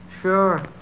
Sure